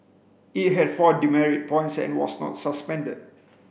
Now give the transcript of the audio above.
it had four demerit points and was not suspended